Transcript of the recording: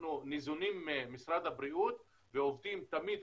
כשאנחנו ניזונים ממשרד הבריאות ועובדים תמיד,